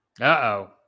uh-oh